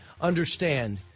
understand